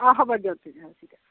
অ হ'ব দিয়ক তেতিয়াহ'লে